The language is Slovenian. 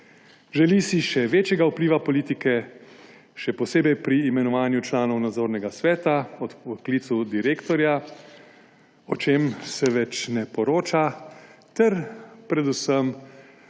Želi si še večjega vpliva politike, še posebej pri imenovanju članov Nadzornega sveta, odpoklicu direktorja, tem, o čem se več ne poroča, ter predvsem